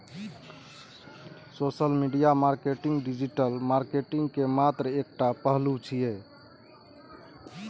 social media marketing digital marketing के मात्र एकटा पहलू छियै